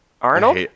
Arnold